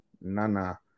nana